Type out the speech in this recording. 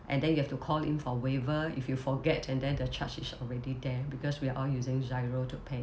and then you have to call in for waiver if you forget and then the charge is already there because we are all using GIRO to pay